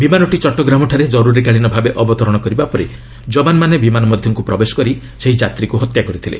ବିମାନଟି ଚଟ୍ଟଗ୍ରାମଠାରେ କରୁରୀକାଳୀନ ଭାବେ ଅବତରଣ କରିବା ପରେ ଯବାନମାନେ ବିମାନ ମଧ୍ୟକୁ ପ୍ରବେଶ କରି ସେହି ଯାତ୍ରୀକୁ ହତ୍ୟା କରିଥିଲେ